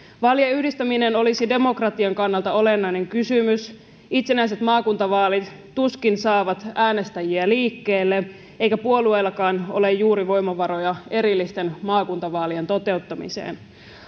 vaalien yhdistäminen olisi demokratian kannalta olennainen kysymys itsenäiset maakuntavaalit tuskin saavat äänestäjiä liikkeelle eikä puolueellakaan ole juuri voimavaroja erillisten maakuntavaalien toteuttamiseen